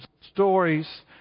stories